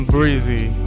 Breezy